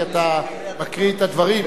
כי אתה מקריא את הדברים,